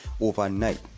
overnight